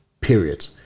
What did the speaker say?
period